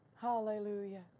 Hallelujah